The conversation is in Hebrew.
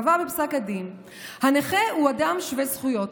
קבע בפסק הדין: "הנכה הוא אדם שווה זכויות.